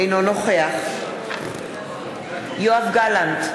אינו נוכח יואב גלנט,